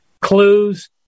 clues